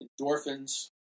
Endorphins